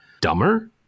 dumber